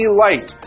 light